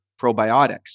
probiotics